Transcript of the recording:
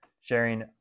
sharing